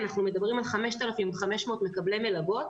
מדובר על 5,500 מקבלי מלגות,